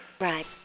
Right